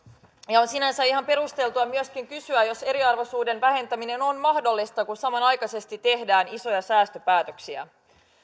ja on sinänsä ihan perusteltua myöskin kysyä onko eriarvoisuuden vähentäminen mahdollista kun samanaikaisesti tehdään isoja säästöpäätöksiä